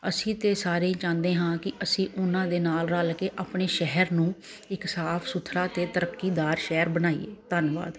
ਅਸੀਂ ਤਾਂ ਸਾਰੇ ਹੀ ਚਾਹੁੰਦੇ ਹਾਂ ਕਿ ਅਸੀਂ ਉਹਨਾਂ ਦੇ ਨਾਲ ਰਲ ਕੇ ਆਪਣੇ ਸ਼ਹਿਰ ਨੂੰ ਇੱਕ ਸਾਫ਼ ਸੁਥਰਾ ਅਤੇ ਤਰੱਕੀ ਦਾਰ ਸ਼ਹਿਰ ਬਣਾਈਏ ਧੰਨਵਾਦ